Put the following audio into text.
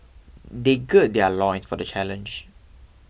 they gird their loins for the challenge